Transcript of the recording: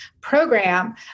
program